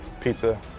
Pizza